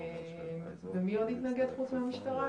התקלתי אותך?